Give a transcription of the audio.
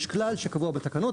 יש כלל שקבוע בתקנות,